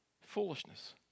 Foolishness